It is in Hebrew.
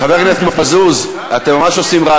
חבר הכנסת מזוז, אתם ממש עושים רעש.